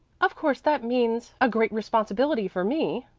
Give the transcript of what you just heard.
of course that means a great responsibility for me,